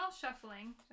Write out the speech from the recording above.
shuffling